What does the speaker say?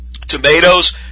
tomatoes